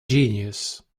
genius